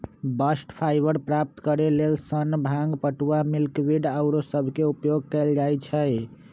bast fibre प्राप्त करेके लेल सन, भांग, पटूआ, मिल्कवीड आउरो सभके उपयोग कएल जाइ छइ